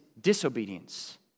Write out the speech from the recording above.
disobedience